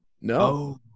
No